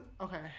Okay